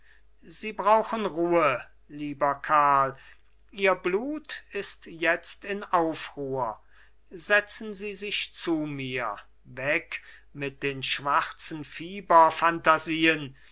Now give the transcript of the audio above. sie brauchen ruhe lieber karl ihr blut ist jetzt in aufruhr setzen sie sich zu mir weg mit den schwarzen